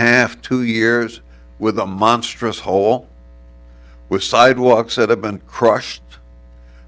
half two years with a monstrous hole with sidewalks set have been crushed